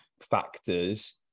factors